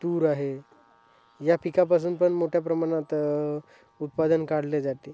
तूर आहे या पिकापासून पण मोठ्या प्रमाणात उत्पादन काढले जाते